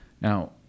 Now